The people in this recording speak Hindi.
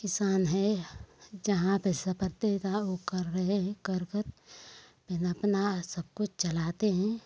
किसान हैं जहाँ पे ऊ कर रहे हैं कर कर न अपना सब कुछ चलाते हैं